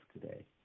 today